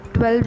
12